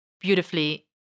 beautifully